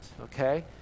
okay